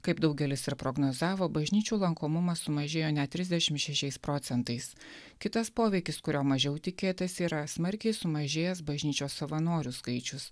kaip daugelis ir prognozavo bažnyčių lankomumas sumažėjo net trisdešim šešiais procentais kitas poveikis kurio mažiau tikėtasi yra smarkiai sumažėjęs bažnyčios savanorių skaičius